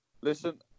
Listen